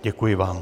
Děkuji vám.